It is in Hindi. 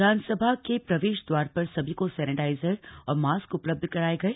विधानसभा के प्रवेश दवार पर सभी को सैनिटाइजर और मास्क उपलब्ध कराए गए